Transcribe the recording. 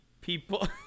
People